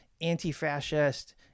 anti-fascist